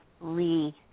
re